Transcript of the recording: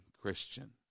Christian